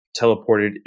teleported